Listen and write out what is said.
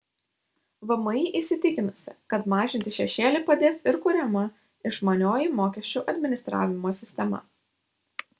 vmi įsitikinusi kad mažinti šešėlį padės ir kuriama išmanioji mokesčių administravimo sistema